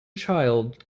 child